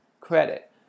credit